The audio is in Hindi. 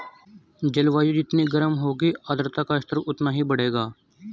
जलवायु जितनी गर्म होगी आर्द्रता का स्तर उतना ही बढ़ेगा